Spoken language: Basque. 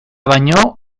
baino